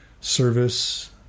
service